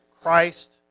Christ